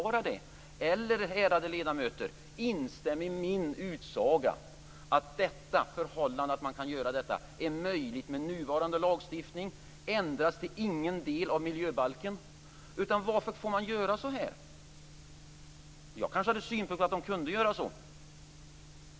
Eller, ärade ledamöter, instäm i min utsaga att detta förhållande är möjligt med nuvarande lagstiftning. Varför får man göra så? Jag kanske hade synpunkter på att de kunde göra så.